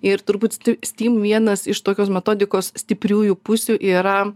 ir turbūt st steam vienas iš tokios metodikos stipriųjų pusių yra